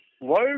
world